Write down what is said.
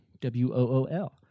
W-O-O-L